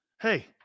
Hey